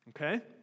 Okay